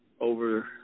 over